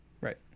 right